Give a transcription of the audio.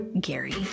Gary